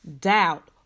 doubt